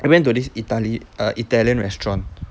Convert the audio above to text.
I went to this italy err italian restaurant